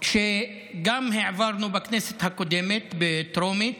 שגם העברנו בכנסת הקודמת בטרומית.